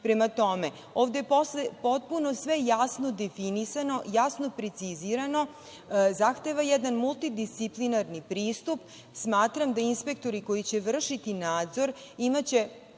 Prema tome, ovde je potpuno sve jasno definisano, jasno precizirano i zahteva jedan multidisciplinarni pristup. Smatram da će inspektori koji će vršiti nadzor imati